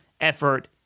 effort